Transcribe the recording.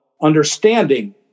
understanding